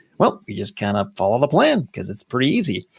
well, we just kind of follow the plan cause it's pretty easy.